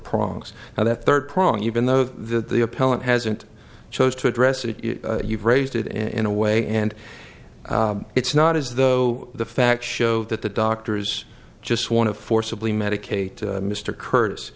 prongs now that third prong even though the appellant hasn't chose to address it you've raised it in a way and it's not as though the facts show that the doctors just want to forcibly medicate mr curtis